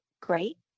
great